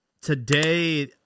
today